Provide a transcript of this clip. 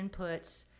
inputs